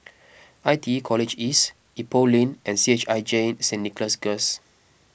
I T E College East Ipoh Lane and C H I J Saint Nicholas Girls